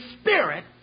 Spirit